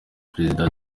president